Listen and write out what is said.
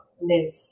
live